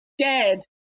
scared